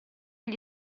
gli